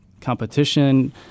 competition